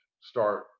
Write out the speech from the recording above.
start